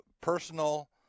personal